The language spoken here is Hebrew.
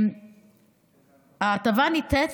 ההטבה ניתנת,